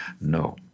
No